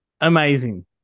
Amazing